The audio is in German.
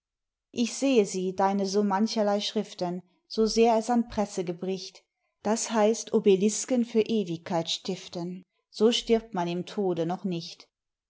ich sehe sie deine so mancherlei schriften so sehr es an presse gebricht das heißet beflissen für ewigkeit stiften so stirbt man im tode noch nicht